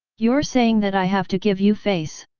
you're saying that i have to give you face.